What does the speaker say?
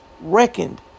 reckoned